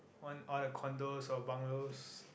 want all the condos or bungalows